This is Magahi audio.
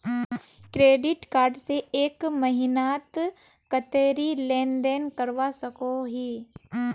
क्रेडिट कार्ड से एक महीनात कतेरी लेन देन करवा सकोहो ही?